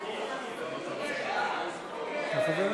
הכנסת בדבר